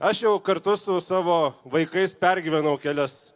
aš jau kartu su savo vaikais pergyvenau kelias